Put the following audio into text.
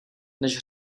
než